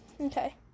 Okay